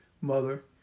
mother